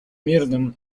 мирным